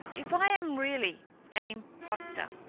if i am really an impostor,